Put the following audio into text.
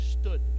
stood